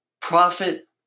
profit